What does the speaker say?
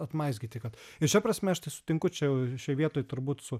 atmaizgyti kad ir šia prasme aš tai sutinku čia jau šioj vietoj turbūt su